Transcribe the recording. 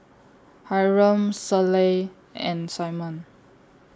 Hyrum Selah and Simon